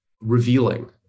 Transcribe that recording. revealing